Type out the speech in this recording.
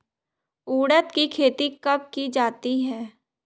उड़द की खेती कब की जाती है?